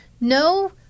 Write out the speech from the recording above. no